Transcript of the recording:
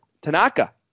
Tanaka